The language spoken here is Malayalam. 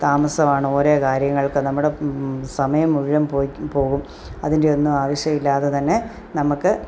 താമസമാണ് ഓരോ കാര്യങ്ങൾക്കും നമ്മുടെ സമയം മുഴുവൻ പോയി പോകും അതിൻ്റെ ഒന്നും ആവശ്യം ഇല്ലാതെ തന്നെ നമുക്ക്